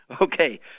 okay